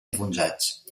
enfonsats